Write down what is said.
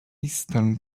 eastern